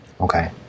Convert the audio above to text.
okay